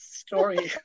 story